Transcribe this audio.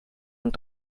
und